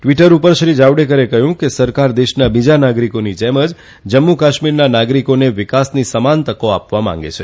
હિવટર ઉપર શ્રી જાવડેકરે કહ્યું હતું કે સરકાર દેશના બીજા નાગરિકોની જેમ જ જમ્મુ કાશ્મીરના નાગરિકોને વિકાસની સમાન તકો આપવા માગે છે